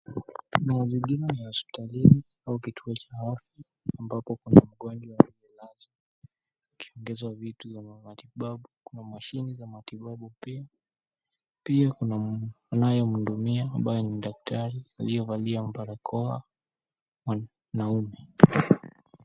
Mazingira ni ya hospitalini au kituo cha afya ambapo kuna mgonjwa amelazwa anaongezwa vitu, kuna mashini za matibabu pia, pia anayemhudumia ni daktari aliyevalia barakoa, mwanaume.